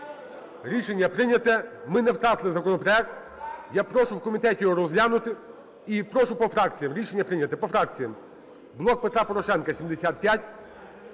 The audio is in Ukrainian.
Рішення прийнято. Ми не втратили законопроект. Я прошу в комітеті його розглянути. І прошу по фракціям. Рішення прийнято. По фракціям. "Блок Петра Порошенка" –